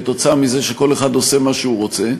כתוצאה מזה שכל אחד עושה מה שהוא רוצה.